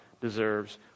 deserves